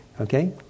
Okay